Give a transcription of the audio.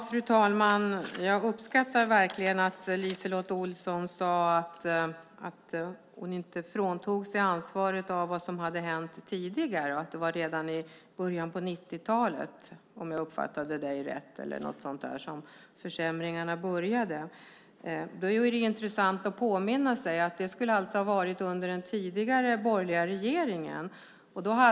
Fru talman! Jag uppskattar verkligen att LiseLotte Olsson sade att hon inte fråntog sig ansvaret för vad som hände tidigare. Det var redan i början på 90-talet, om jag uppfattade dig rätt, som försämringarna började. Det är intressant att påminna sig att det skulle ha varit under den tidigare borgerliga regeringen.